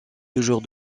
toujours